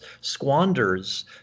squanders